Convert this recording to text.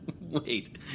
Wait